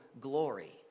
glory